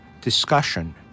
discussion